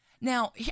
Now